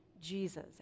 Jesus